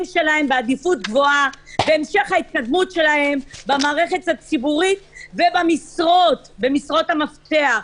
שלהם בעדיפות גבוהה והמשך ההתקדמות שלהם במערכת הציבורית ובמשרות המפתח.